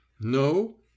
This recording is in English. no